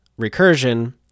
recursion